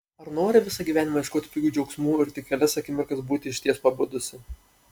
ar nori visą gyvenimą ieškoti pigių džiaugsmų ir tik kelias akimirkas būti išties pabudusi